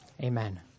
Amen